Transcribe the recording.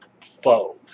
foe